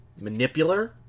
Manipular